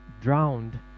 drowned